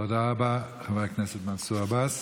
תודה רבה, חבר הכנסת מנסור עבאס.